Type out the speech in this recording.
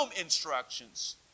instructions